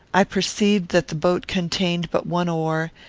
i perceived that the boat contained but one oar,